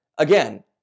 Again